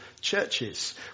churches